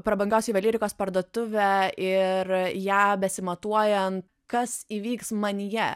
prabangios juvelyrikos parduotuvę ir ją besimatuojant kas įvyks manyje